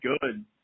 good